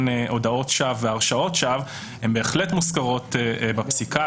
הודאות שווא והרשעות שווא הן בהחלט מוזכרות בפסיקה,